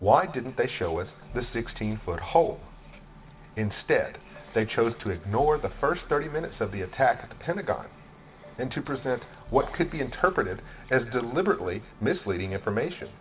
why didn't they show with the sixteen foot hole instead they chose to ignore the first thirty minutes of the attack at the pentagon and to present what could be interpreted as deliberately misleading information